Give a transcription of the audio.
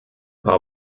paar